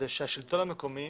השלטון המקומי